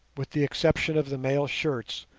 with the exception of the mail shirts,